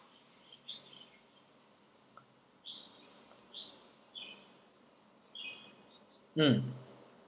mm